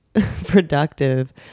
productive